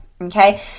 Okay